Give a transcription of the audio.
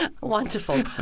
Wonderful